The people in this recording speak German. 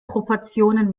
proportionen